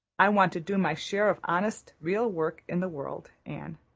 i want to do my share of honest, real work in the world, anne.